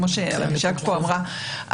כמו שאבישג פה אמרה,